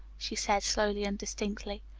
she said slowly and distinctly,